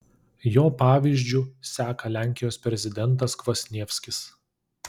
jo pavyzdžiu seka lenkijos prezidentas kvasnievskis